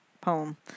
poem